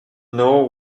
know